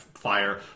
Fire